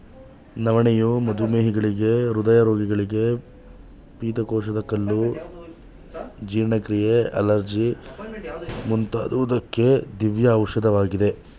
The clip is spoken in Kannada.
ನವಣೆಯು ಮಧುಮೇಹಿಗಳಿಗೆ, ಹೃದಯ ರೋಗಿಗಳಿಗೆ, ಪಿತ್ತಕೋಶದ ಕಲ್ಲು, ಜೀರ್ಣಕ್ರಿಯೆ, ಅಲರ್ಜಿ ಮುಂತಾದುವಕ್ಕೆ ದಿವ್ಯ ಔಷಧವಾಗಿದೆ